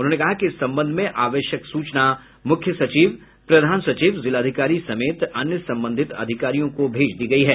उन्होंने कहा कि इस संबंध में आवश्यक सूचना मुख्य सचिव प्रधान सचिव जिलाधिकारी समेत अन्य संबंधित अधिकारियों को भेज दी गयी है